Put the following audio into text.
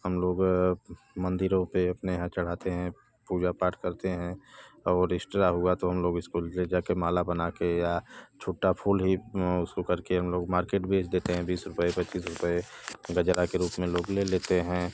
हम लोग मंदिरों पर अपने यहाँ चढ़ाते हैं पूजा पाठ करते हैं और इश्ट्रा हुआ तो हम लोग इसको ले जा के माला बना के या छुट्टा फूल ही उसको कर के हम लोग मार्केट भेज देते हैं बीस रुपए पच्चीस रुपए गजरा के रूप में लोग ले लेते हैं